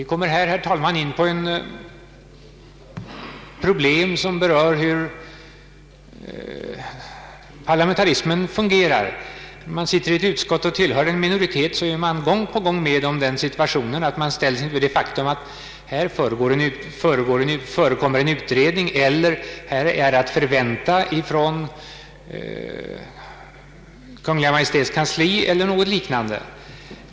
Vi kommer här in på problem som berör hur parlamentarismen fungerar. Om man sitter i ett utskott och tillhör en minoritet upplever man gång på gång den situationen att man får höra att ingenting kan göras för här förekommer en utredning, här är det att förvänta en sådan från Kungl. Maj:ts kansli, eller något liknande.